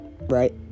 right